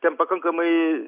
ten pakankamai